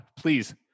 please